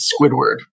squidward